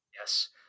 Yes